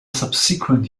subsequent